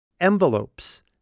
envelopes